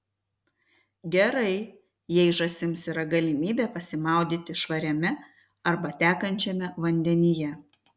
gerai jei žąsims yra galimybė pasimaudyti švariame arba tekančiame vandenyje